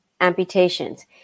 amputations